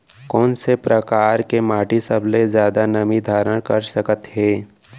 कोन से परकार के माटी सबले जादा नमी धारण कर सकत हे?